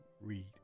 Read